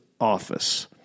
office